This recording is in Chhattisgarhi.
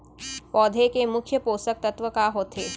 पौधे के मुख्य पोसक तत्व का होथे?